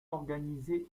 organisé